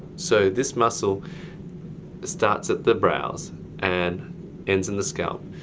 so this muscle starts at the brows and ends in the scalp.